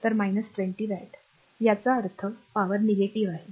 तर 20 वॅट याचा अर्थ पी निगेटिव आहे